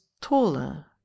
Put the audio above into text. taller